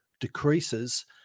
decreases